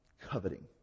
Coveting